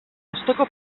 osteko